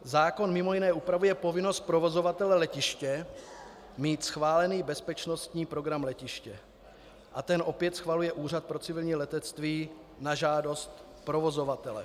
Zákon mimo jiné upravuje povinnost provozovatele letiště mít schválený bezpečnostní program letiště a ten opět schvaluje Úřad pro civilní letectví na žádost provozovatele.